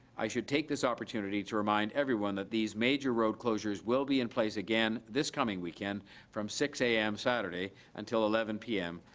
i should take this opportunity to remind everyone that these major road closures will be in place again this coming weekend from six zero a m. saturday until eleven p m.